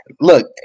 Look